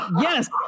Yes